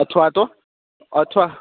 અથવા તો અથવા